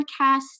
Podcast